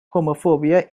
homophobia